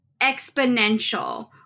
exponential